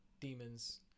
demons